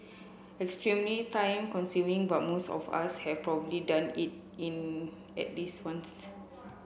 extremely time consuming but most of us have probably done it in at least once